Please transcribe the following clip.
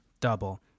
Double